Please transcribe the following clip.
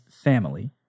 family